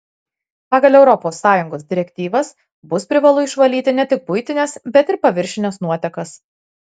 pagal europos sąjungos direktyvas bus privalu išvalyti ne tik buitines bet ir paviršines nuotekas